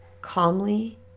calmly